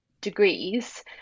degrees